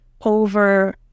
over